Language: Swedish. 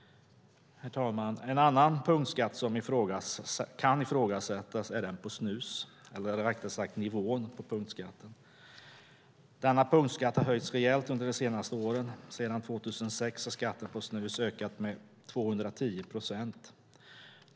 Herr talman! En annan punktskatt som kan ifrågasättas är den på snus, eller rättare sagt nivån på punktskatten. Denna punktskatt har höjts rejält under de senaste åren. Sedan 2006 har skatten på snus ökat med 210 procent.